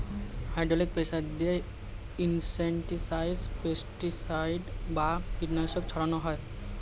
hydraulic sprayer দিয়ে insecticide, pesticide বা কীটনাশক ছড়ান হয়